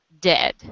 dead